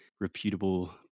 reputable